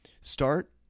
start